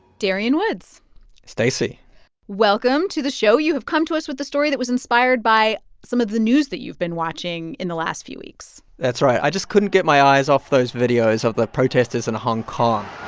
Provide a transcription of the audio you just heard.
darian woods stacey welcome to the show. you have come to us with a story that was inspired by some of the news that you've been watching in the last few weeks that's right. i just couldn't get my eyes off those videos of the protesters in hong kong